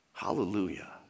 Hallelujah